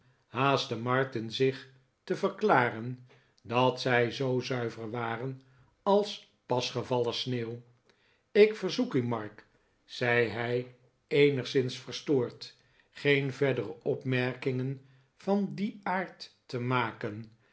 haastte martin zich te verklaren dat zij zoo zuiver waren als pas gevallen sneeuw ik verzoek u mark zei hij eenigszins verstoord geen verdere opmerkingen van dien aard te maken